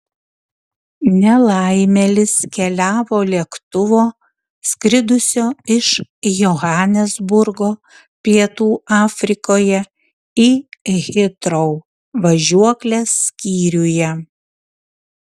nelaimėlis keliavo lėktuvo skridusio iš johanesburgo pietų afrikoje į hitrou važiuoklės skyriuje